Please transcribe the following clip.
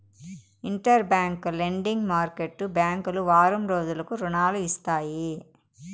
inter bank lending market బ్యాంకులు వారం రోజులకు రుణాలు ఇస్తాయి